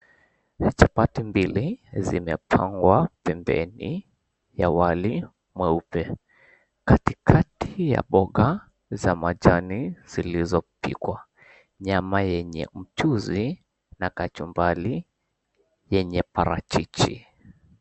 Chapati mbili, zimepangwa pembeni ya wali mweupe. Katikati ya mboga za majani zilizopikwa, nyama yenye mchuzi na kachumbari, yenye parachichi.